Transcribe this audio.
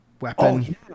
weapon